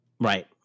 Right